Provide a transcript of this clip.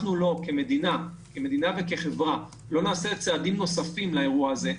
כמדינה וכחברה לא נעשה צעדים נוספים לאירוע הזה,